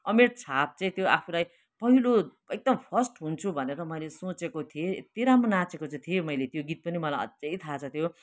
अमेट छाप चाहिँ त्यो आफुलाई पहिलो एकदम फर्स्ट हुन्छु भनेर मैले सोचेको थिएँ एति राम्रो नाचेको थिएँ मैले त्यो गीत पनि मलाई अझै थाहा छ त्यो